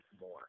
more